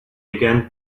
again